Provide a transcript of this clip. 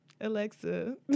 alexa